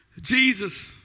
Jesus